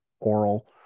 oral